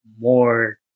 more